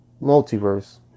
multiverse